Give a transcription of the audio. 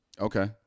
Okay